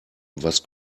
was